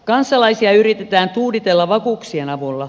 kansalaisia yritetään tuuditella vakuuksien avulla